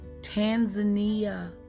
Tanzania